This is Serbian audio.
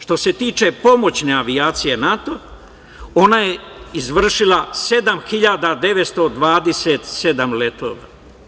Što se tiče pomoćne avijacije NATO-a, ona je izvršila 7.927 letova.